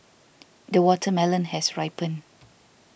the watermelon has ripened